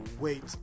wait